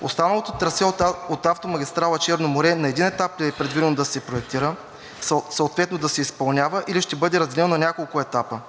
останалото трасе от автомагистрала „Черно море“ на един етап ли е предвидено да се проектира, съответно да се изпълнява, или ще бъде разгънато на няколко етапа,